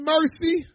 Mercy